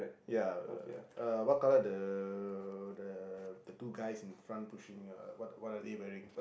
ya uh what colour the the two guys in front pushing uh what what are they wearing